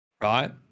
Right